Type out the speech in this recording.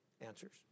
answers